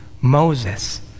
moses